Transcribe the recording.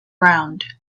round